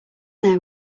there